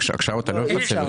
עכשיו אתה לא מפצל אותה.